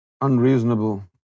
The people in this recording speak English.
Unreasonable